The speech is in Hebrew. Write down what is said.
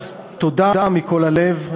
אז תודה מכל הלב,